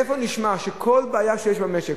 איפה נשמע שכל בעיה שיש במשק,